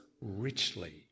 richly